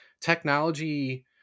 Technology